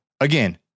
again